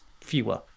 fewer